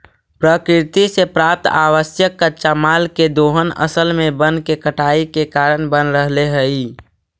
प्रकृति से प्राप्त आवश्यक कच्चा माल के दोहन असल में वन के कटाई के कारण बन रहले हई